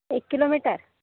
एक किलोमीटर